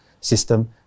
system